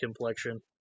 complexion